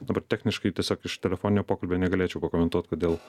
dabar techniškai tiesiog iš telefoninio pokalbio negalėčiau pakomentuot kodėl